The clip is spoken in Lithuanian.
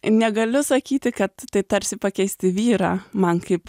negali sakyti kad tai tarsi pakeisti vyrą man kaip